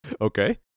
Okay